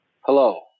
Hello